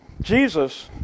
Jesus